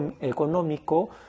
económico